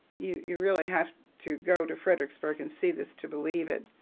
you you really have to go to fredericksburg and see this to believe it.